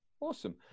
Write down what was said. Awesome